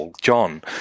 John